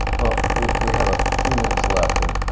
well, we have a few minutes left. and